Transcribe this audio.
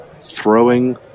throwing